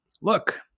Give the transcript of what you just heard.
look